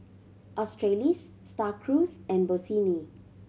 Australis Star Cruise and Bossini